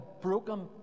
broken